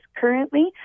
currently